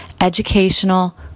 educational